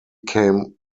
came